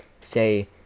say